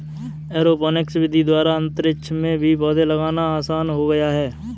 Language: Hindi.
ऐरोपोनिक्स विधि द्वारा अंतरिक्ष में भी पौधे लगाना आसान हो गया है